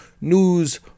news